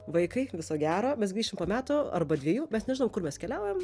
vaikai viso gero mes grįšim po metų arba dviejų mes nežinau kur mes keliaujam